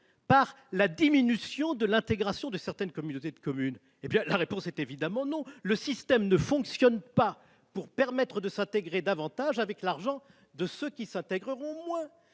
par l'amoindrissement de l'intégration de certaines autres communautés de communes ? Non, bien évidemment : le système ne fonctionne pas pour permettre de s'intégrer davantage avec l'argent de ceux qui s'intégreront moins.